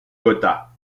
gotha